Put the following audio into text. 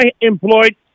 employed